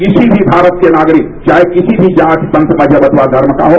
किसी भी भारत के नागरिक चाहे किसी भी जात पंथ और मजहब अथवा धर्म का हो